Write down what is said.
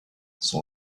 son